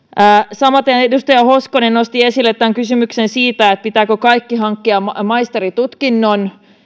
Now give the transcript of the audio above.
samaten edustaja hoskonen nosti esille kysymyksen siitä pitääkö kaikkien hankkia maisteritutkinto